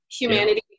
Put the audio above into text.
humanity